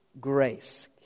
grace